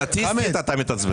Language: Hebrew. סטטיסטית אתה מתעצבן.